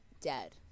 Dead